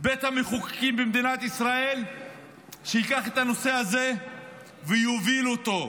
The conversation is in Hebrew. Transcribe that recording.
שבית המחוקקים במדינת ישראל ייקח את הנושא הזה ויוביל אותו.